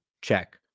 check